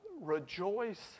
rejoice